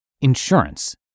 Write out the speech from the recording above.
Insurance